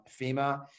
FEMA